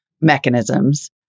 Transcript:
mechanisms